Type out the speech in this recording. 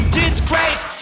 disgrace